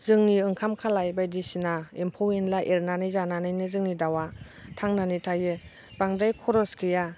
जोंनि ओंखाम खालाय बायदिसिना एम्फौ एनला एरनानै जानानैनो जोंनि दावआ थांनानै थायो बांद्राय खरस गैया